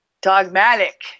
dogmatic